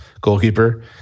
goalkeeper